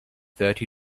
thirty